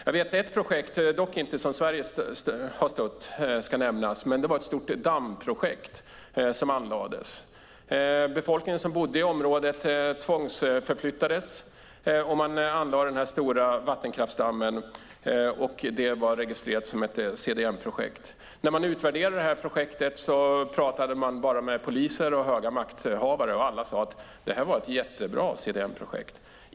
Jag vet ett projekt som ska nämnas, dock inte ett som Sverige har stött. Det var ett stort dammprojekt som anlades. Befolkningen i området tvångsförflyttades, och man anlade den stora vattenkraftsdammen. Det var registrerat som ett CDM-projekt. När man utvärderade projektet pratade man bara med poliser och höga makthavare. Alla sade att det var ett jättebra CDM-projekt.